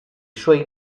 suoi